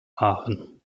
aachen